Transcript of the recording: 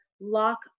lock